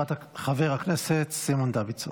חבר הכנסת סימון דוידסון,